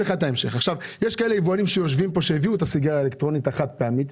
יש יבואנים שיושבים פה שהביאו את הסיגריה האלקטרונית החד פעמית.